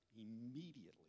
immediately